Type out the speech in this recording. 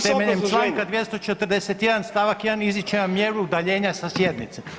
Temeljem Članka 241. stavak 1. izričem vam mjeru udaljenja sa sjednice.